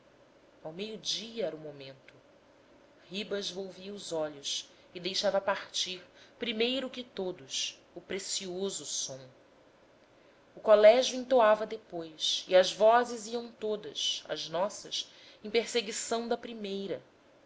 língua ao meio-dia era o momento ribas volvia os olhos e deixava partir primeiro que todos o preciso som o colégio entoava depois e as vozes iam todas as nossas em perseguição da primeira